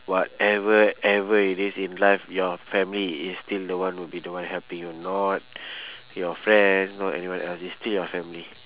whatever ever it is in life your family is still the one will be the one helping you not your friends not anyone else is still your family